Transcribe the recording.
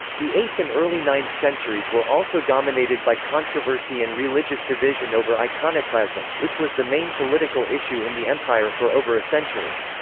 the eighth and early ninth centuries were also dominated by controversy and religious division over iconoclasm, which was the main political issue in the empire for over a century.